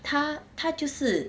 她她就是